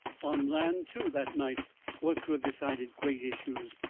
on land, too, that night was to have decided great issues.